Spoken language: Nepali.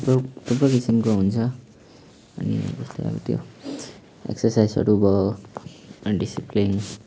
थुप्रो थुप्रो किसिमको हुन्छ अनि जस्तै अब त्यो एक्सरसाइजहरू भयो अन्डिसिप्लिन